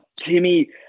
Timmy